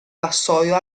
vassoio